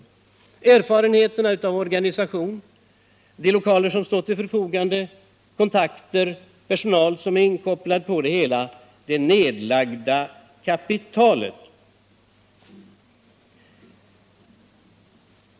Man kan utnyttja erfarenheter av organisatoriskt slag, de lokaler som står till förfogande, kontakter och den personal som är inkopplad, dra nytta av det nedlagda kapitalet.